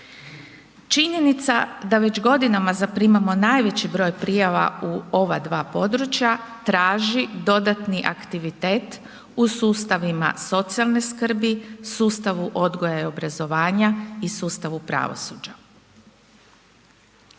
Činjenica je da već godinama zaprimamo najveći broj prijava u ova dva područja, traći dodatni aktivitet u sustavima socijalne skrbi, sustavu odgoja i obrazovanja i sustavu pravosuđa.